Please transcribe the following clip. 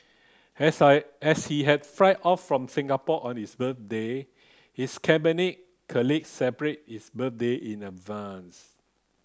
as I as he had fly off from Singapore on his birthday his Cabinet colleagues celebrated his birthday in advance